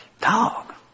dog